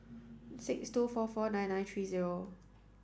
six two four four nine nine three zero